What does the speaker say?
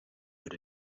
but